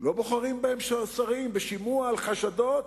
לא בוחרים בהן שרים בשימוע על חשדות